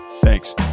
Thanks